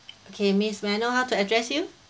okay miss may I know how to address you